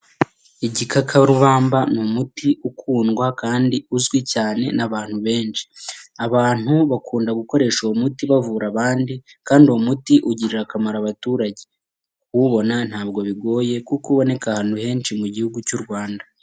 Igikakarubaba ni umuti ukundwa kandi uzwi cyane n'abantu benshi. Abantu bakunda gukoresha uwo muti bavura abandi, kandi uwo muti ugirira akamaro abaturage. Kuwubona ntabwo bigoye, kuko uboneka ahantu henshi mu gihugu cy'u Rwanda.